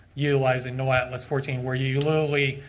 utilizing know and fourteen where you lonely.